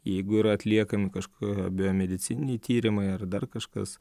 jeigu yra atliekami kažkokie biomedicininiai tyrimai ar dar kažkas